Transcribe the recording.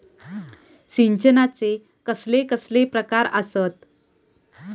सिंचनाचे कसले कसले प्रकार आसत?